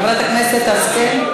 חברת הכנסת השכל?